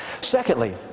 Secondly